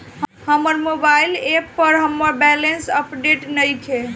हमर mobile app पर हमर बैलेंस अपडेट नइखे